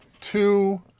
two